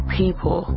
people